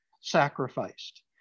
sacrificed